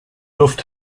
luft